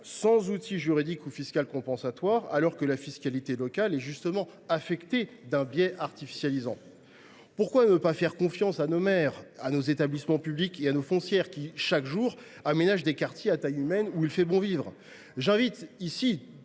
sans mécanisme juridique ou fiscal compensatoire, alors que la fiscalité locale est justement affectée d’un biais artificialisant. Pourquoi ne pas faire confiance à nos maires, à nos établissements publics et à nos foncières qui, chaque jour, aménagent des quartiers à taille humaine, où il fait bon vivre ?